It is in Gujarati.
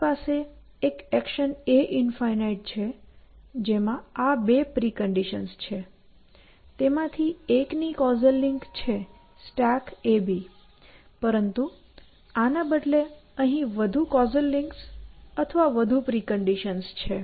મારી પાસે એક એક્શન a∞ છે જેમાં આ બે પ્રિકન્ડિશન્સ છે તેમાંથી એકની કૉઝલ લિંક છે StackAB પરંતુ આને બદલે અહીં વધુ કૉઝલ લિંક્સ અથવા વધુ પ્રિકન્ડિશન્સ છે